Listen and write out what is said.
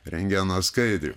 rentgeno skaidrių